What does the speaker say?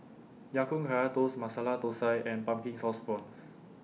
Ya Kun Kaya Toast Masala Thosai and Pumpkin Sauce Prawns